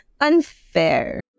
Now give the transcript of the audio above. Unfair